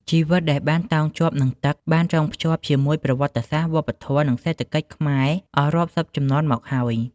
ជីវិតដែលបានតោងជាប់នឹងទឹកនេះ បានចងភ្ជាប់ជាមួយប្រវត្តិសាស្ត្រ វប្បធម៌ និងសេដ្ឋកិច្ចខ្មែរអស់រាប់សិបជំនាន់មកហើយ។